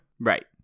Right